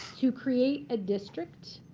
to create a district,